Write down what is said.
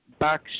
Back